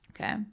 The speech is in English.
Okay